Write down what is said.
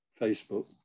Facebook